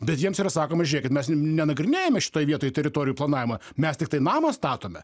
bet jiems yra sakoma žėkit mes nenagrinėjame šitoj vietoj teritorijų planavimą mes tiktai namą statome